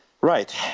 Right